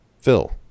Phil